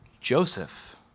Joseph